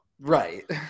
Right